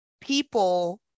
people